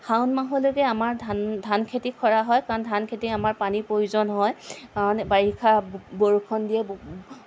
শাওন মাহলৈকে আমাৰ ধান ধান খেতি কৰা হয় কাৰণ ধান খেতিত আমাৰ পানীৰ প্ৰয়োজন হয় কাৰণ বাৰিষা বৰষুণ